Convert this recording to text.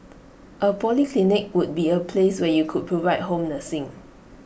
A polyclinic could be A place where you could provide home nursing